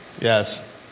Yes